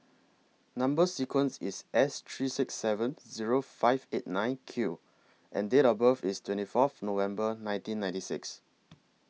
Number sequence IS S three six seven Zero five eight nine Q and Date of birth IS twenty Fourth November nineteen ninety six